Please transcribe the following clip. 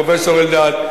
פרופסור אלדד,